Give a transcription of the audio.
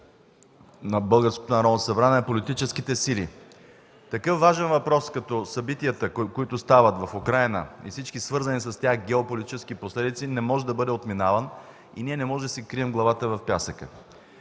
събрание, политическите сили. Такъв важен въпрос като събитията, които стават в Украйна, и всички свързани с тях геополитически последици, не може да бъде отминаван и ние не можем да си крием главата в пясъка.